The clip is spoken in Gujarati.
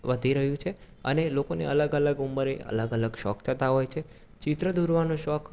વધી રહ્યું છે અને લોકોને અલગ ઉંમરે અલગ અલગ શોખ થતા હોય છે ચિત્ર દોરવાનો શોખ